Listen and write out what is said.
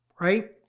right